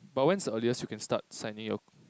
but when is the earliest you can start signing your